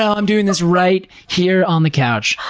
i'm doing this right here on the couch.